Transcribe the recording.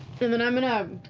and then i'm going ah um